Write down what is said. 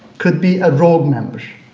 could be a rogue member.